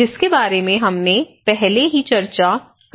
जिसके बारे में हमने पहले ही चर्चा कर ली है